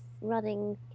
running